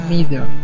Media